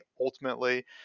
ultimately